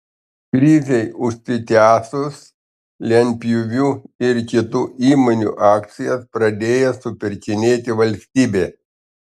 krizei užsitęsus lentpjūvių ir kitų įmonių akcijas pradėjo supirkinėti valstybė